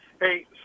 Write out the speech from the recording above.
Hey